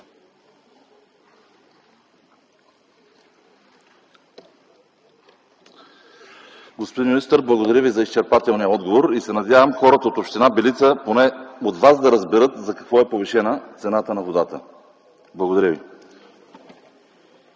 благодаря Ви за изчерпателния отговор. Надявам се хората от община Белица поне от Вас да разберат за какво е повишена цената на водата. Благодаря.